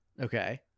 Okay